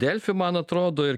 delfi man atrodo ir